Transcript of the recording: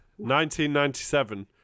1997